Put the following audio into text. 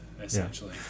essentially